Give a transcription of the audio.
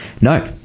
No